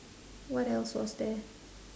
what else was there